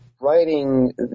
writing